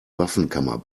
waffenkammer